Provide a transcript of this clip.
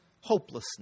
hopelessness